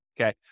Okay